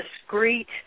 discrete